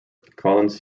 collins